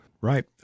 Right